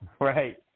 Right